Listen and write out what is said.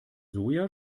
soja